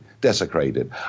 desecrated